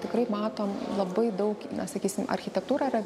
tikrai matom labai daug na sakysim architektūra yra